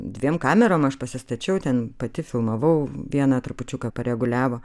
dviem kamerom aš pasistačiau ten pati filmavau vieną trupučiuką pareguliavo